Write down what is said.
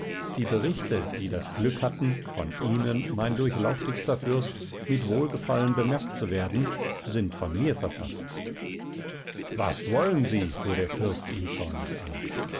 die berichte die das glück hatten von ihnen mein durchlauchtigster fürst mit wohlgefallen bemerkt zu werden sind von mir verfaßt was wollen sie fuhr der fürst ihn zornig an